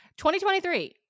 2023